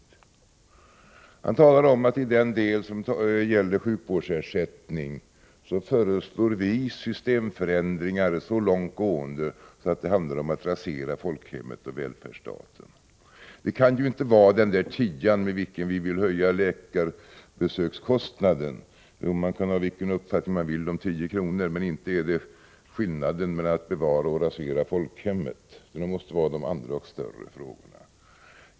Sven Aspling talar om att vi moderater i fråga om den del som gäller sjukvårdsersättning föreslår systemförändringar som är så långt gående att det handlar om att rasera folkhemmet och välfärdsstaten. Det kan inte gälla den tia med vilken vi vill höja läkarbesökskostnaden — man kan ha vilken uppfattning man vill om 10 kr., men inte är det skillnaden mellan att bevara och att rasera folkhemmet — utan det måste gälla de större frågorna.